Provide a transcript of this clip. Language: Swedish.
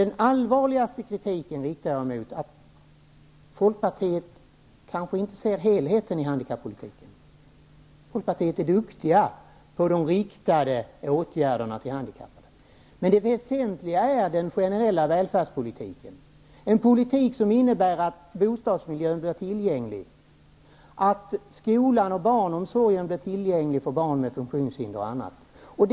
Den allvarligaste kritiken riktar jag mot att Folkpartiet inte ser helheten i handikappolitiken. Folkpartisterna är duktiga på de riktade åtgärderna till handikappade. Men det väsentliga är att se till den generella välfärdspolitiken, att föra en politik som innebär att bostadsmiljön, skolan och barnomsorgen blir tillgängliga för barn med funktionshinder, osv.